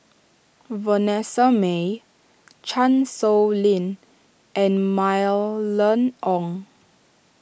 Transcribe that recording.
Vanessa Mae Chan Sow Lin and Mylene Ong